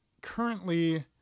currently